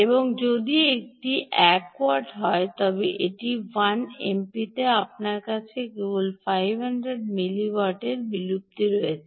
এবং যদি এটি এক ওয়াট হয় তবে এটি 1 এমপি আপনার কাছে কেবল 500 মিলি ওয়াট বিলুপ্তি রয়েছে